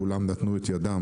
כולם נתנו את ידם